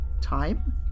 Time